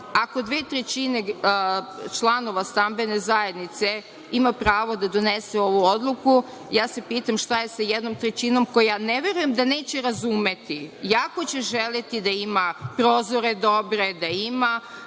Ako dve trećine članova stambene zajednice ima pravo da donese ovu odluku, pitam sve šta je sa jednom trećinom, koja ne verujem da neće razumeti, jako će želeti da ima prozore dobre, da ima